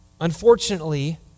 unfortunately